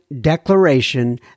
declaration